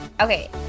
Okay